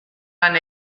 lan